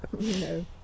No